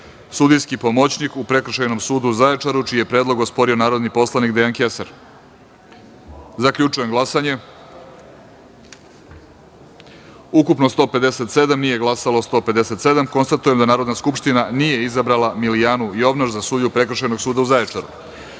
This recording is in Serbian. sudijski pomoćnik u Prekršajnom sudu u Zaječaru, čiji je predlog osporio narodni poslanik Dejan Kesar. Zaključujem glasanje: Ukupno – 157, nije glasalo 157.Konstatujem da Narodna skupština nije izabrala Milijanu Jovnaš za sudiju Prekršajnog suda u Zaječaru. Peto